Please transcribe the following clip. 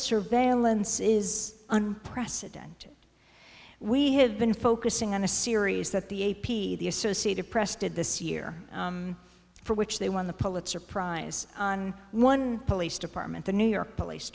surveillance is unprecedented we have been focusing on a series that the a p the associated press did this year for which they won the pulitzer prize on one police department the new york police